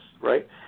right